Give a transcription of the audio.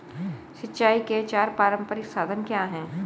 सिंचाई के चार पारंपरिक साधन क्या हैं?